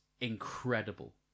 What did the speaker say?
incredible